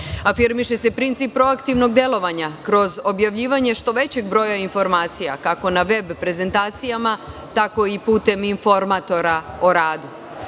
organi. Afirmiše se princip proaktivnog delovanja kroz objavljivanje što većeg broja informacija, kako na veb prezentacijama, tako i putem informatora o